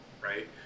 Right